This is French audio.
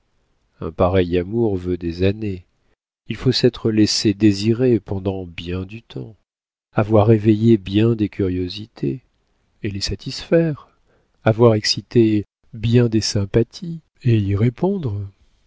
un pareil amour veut des années il faut s'être laissé désirer pendant bien du temps avoir éveillé bien des curiosités et les satisfaire avoir excité bien des sympathies et y répondre